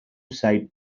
side